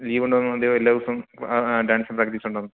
ലീവൊണ്ടോ അതെയോ എല്ലാ ദിവസവും ഡാന്സ് പ്രാക്റ്റീസൊണ്ടോ